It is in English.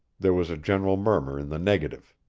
there was a general murmur in the negative.